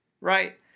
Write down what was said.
right